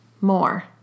more